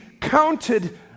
counted